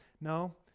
No